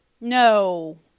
No